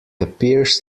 appears